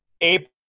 April